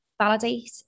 Validate